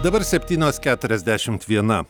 dabar septynios keturiasdešimt viena